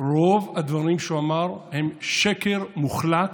רוב הדברים שהוא אמר הם שקר מוחלט,